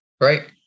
Right